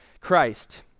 Christ